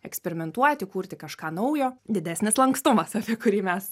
eksperimentuoti kurti kažką naujo didesnis lankstumas apie kurį mes